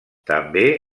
també